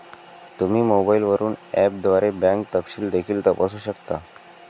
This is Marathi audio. तुम्ही मोबाईलवरून ऍपद्वारे बँक तपशील देखील तपासू शकता